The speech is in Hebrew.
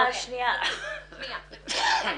לא, אני